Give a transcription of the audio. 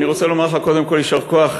אני רוצה לומר לך קודם כול יישר כוח,